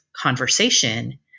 conversation